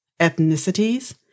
ethnicities